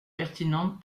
pertinente